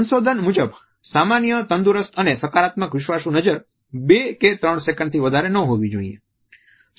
સંશોધન મુજબ સામાન્ય તંદુરસ્ત અને સકારાત્મક વિશ્વાસુ નજર 2 કે 3 સેકન્ડથી વધારે ન હોવી જોઇએ